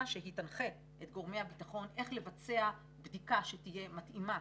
שהיא תנחה את גורמי הביטחון איך לבצע בדיקה שתהיה מתאימה